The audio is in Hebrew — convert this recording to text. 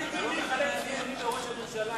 שזה נושא חדש.